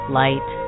light